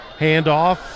Handoff